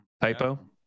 typo